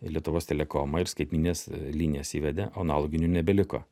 lietuvos telekomą ir skaitmenines linijas įvedė o analoginių nebeliko